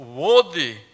worthy